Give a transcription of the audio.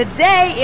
Today